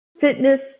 fitness